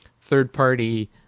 third-party